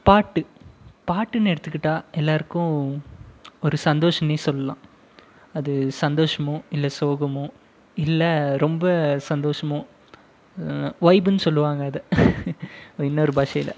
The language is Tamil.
பாட்டு பாட்டுன்னு எடுத்துக்கிட்டா எல்லோருக்கும் ஒரு சந்தோஷம்னே சொல்லலாம் அது சந்தோஷமோ இல்லை சோகமோ இல்லை ரொம்ப சந்தோஷமோ வைபுன்னு சொல்வாங்க அதை இன்னொரு பாஷையில்